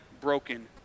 broken